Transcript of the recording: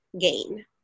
gain